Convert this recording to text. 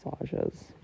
massages